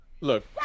look